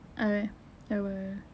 ah ya ya ya apa